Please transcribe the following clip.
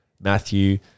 Matthew